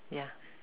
ya